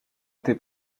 été